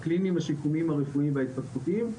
הקליניים, השיקומיים, הרפואיים וההתפתחותיים.